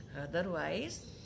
Otherwise